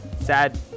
sad